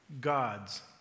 God's